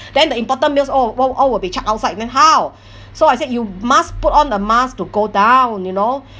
then the important mails all all all will be chucked outside meh how so I said you must put on the mask to go down you know